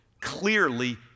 Clearly